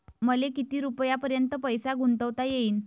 मले किती रुपयापर्यंत पैसा गुंतवता येईन?